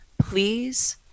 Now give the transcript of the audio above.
please